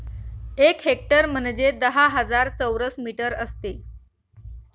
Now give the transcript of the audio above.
एक हेक्टर म्हणजे दहा हजार चौरस मीटर असते